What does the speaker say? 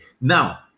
Now